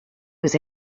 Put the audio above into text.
was